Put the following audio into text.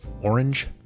orange